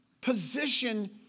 position